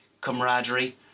camaraderie